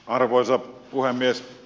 arvoisa puhemies